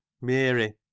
Mary